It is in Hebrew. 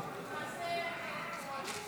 אפס מתנגדים.